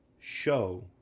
show